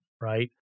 right